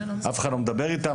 אף אחד לא מדבר איתם,